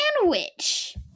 sandwich